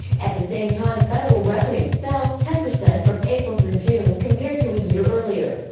at the same time, federal revenue fell ten percent from april through june compared to a year earlier.